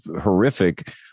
horrific